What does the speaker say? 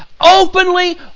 openly